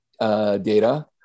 data